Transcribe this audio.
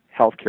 healthcare